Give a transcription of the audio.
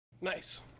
nice